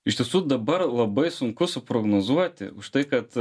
iš tiesų dabar labai sunku suprognozuoti už tai kad